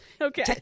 okay